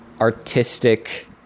artistic